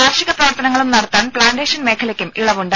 കാർഷിക പ്രവർത്തനങ്ങളും നടത്താൻ പ്ലാന്റേഷൻ മേഖലയ്ക്കും ഇളവുണ്ട്